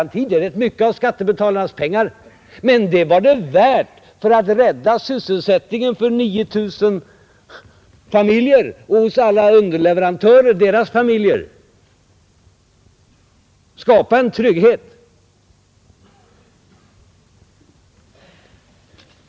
Det är ganska mycket av skattebetalarnas pengar, men det var det värt för att rädda sysselsättningen för 9 000 familjer och för alla underleverantörer och deras familjer samt för att skapa trygghet.